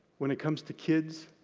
when it comes to kids,